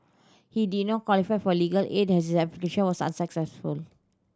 he did not qualify for legal aid and his application was